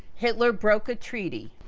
hitler broke a treaty,